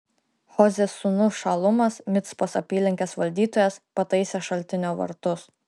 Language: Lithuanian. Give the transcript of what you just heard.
hozės sūnus šalumas micpos apylinkės valdytojas pataisė šaltinio vartus